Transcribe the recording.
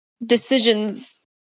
decisions